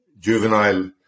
juvenile